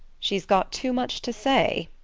she's got too much to say,